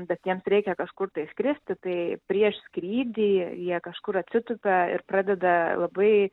bet jiems reikia kažkur tai skristi tai prieš skrydį jie kažkur atsitupia ir pradeda labai